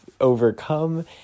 overcome